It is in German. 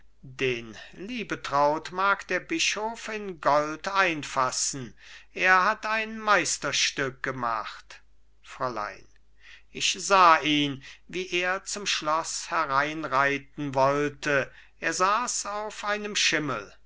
den liebetraut mag der bischof in gold einfassen er hat ein meisterstück gemacht fräulein ich sah ihn wie er zum schloß hereinreiten wollte er saß auf einem schimmel